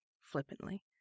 flippantly